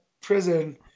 prison